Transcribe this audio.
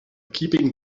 keeping